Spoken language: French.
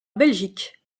belgique